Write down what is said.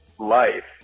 life